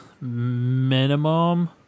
minimum